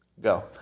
Go